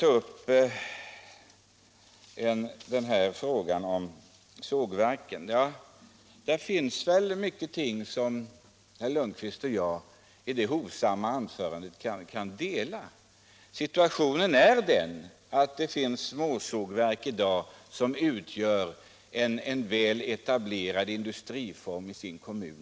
Jag vill sedan ta upp frågan om sågverken. Många av de uppfattningar som herr Lundkvist framförde i sitt hovsamma anförande kan jag dela, t.ex. att vi skall försöka slå vakt om de småsågverk vi har i dag som utgör en väl etablerad industriform i sina kommuner.